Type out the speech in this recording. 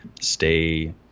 stay